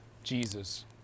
Jesus